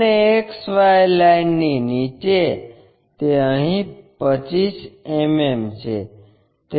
અને XY લાઇનની નીચે તે અહીં 25 mm છે